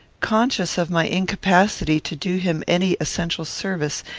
conscious of my incapacity to do him any essential service,